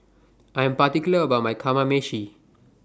I Am particular about My Kamameshi